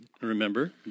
remember